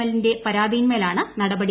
എല്ലിന്റെ പരാതിയിലാണ് നടപടി